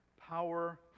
power